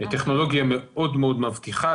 זו טכנולוגיה מאוד מאוד מבטיחה,